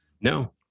No